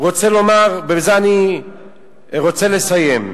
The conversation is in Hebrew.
רוצה לומר, ובזה אני רוצה לסיים,